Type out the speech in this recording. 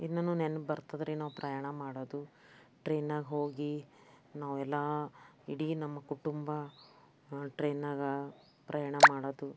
ಇನ್ನೂ ನೆನ್ಪು ಬರ್ತದ್ರಿ ನಾವು ಪ್ರಯಾಣ ಮಾಡೋದು ಟ್ರೈನ್ನಾಗ ಹೋಗಿ ನಾವೆಲ್ಲ ಇಡೀ ನಮ್ಮ ಕುಟುಂಬ ಆ ಟ್ರೈನ್ನಾಗ ಪ್ರಯಾಣ ಮಾಡೋದು